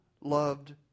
loved